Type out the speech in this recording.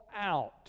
out